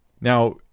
Now